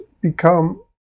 become